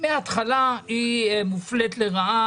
מהתחלה היא מופלית לרעה.